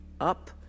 up